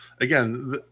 again